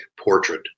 portrait